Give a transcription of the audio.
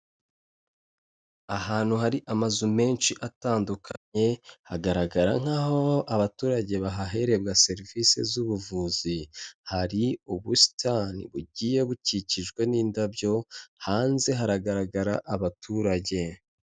Ahantu hari amazu menshi atandukanye hagaragara nk'aho abaturage bahahererwa serivisi z'ubuvuzi, hari ubusitani bugiye bukikijwe n'indabyo, hanze haragaragara abaturage.